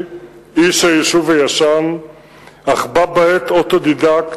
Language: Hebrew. איש היישוב הישן אך בה בעת אוטודידקט,